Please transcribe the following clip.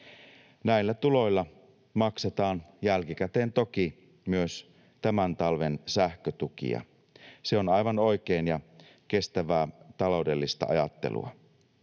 Näillä tuloilla maksetaan jälkikäteen toki myös tämän talven sähkötukia. Se on aivan oikein ja kestävää taloudellista ajattelua.